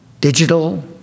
digital